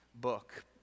book